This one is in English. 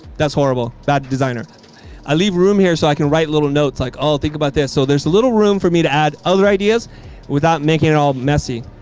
that's horrible. that designer i leave room here so i can write little notes like i'll think about this. so there's a little room for me to add other ideas without making it all messy.